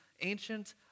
Ancient